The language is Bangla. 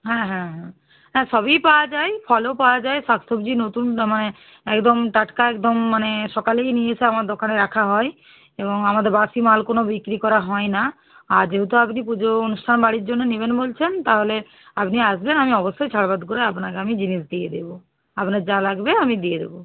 হ্যাঁ হ্যাঁ হ্যাঁ হ্যাঁ সবই পাওয়া যায় ফলও পাওয়া যায় শাকসবজি নতুন মানে একদম টাটকা একদম মানে সকালেই নিয়ে এসে আমার দোকানে রাখা হয় এবং আমাদের বাসি মাল কোনো বিক্রি করা হয় না আর যেহেতু আপনি পুজো অনুষ্ঠান বাড়ির জন্য নেবেন বলছেন তাহলে আপনি আসবেন আমি অবশ্যই ছাড়বাদ করে আপনাকে আমি জিনিস দিয়ে দেবো আপনার যা লাগবে আমি দিয়ে দেবো